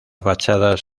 fachadas